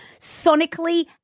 sonically